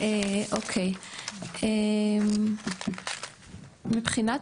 מבחינת